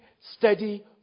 steady